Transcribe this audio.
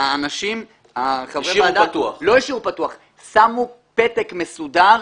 חברי הוועדה שמו פתק מסודר,